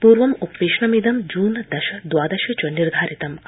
पूर्वम् उपवेशनमिदं जून दश द्वादशे च निर्धारितमासीत्